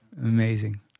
amazing